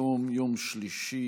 היום יום שלישי,